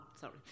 sorry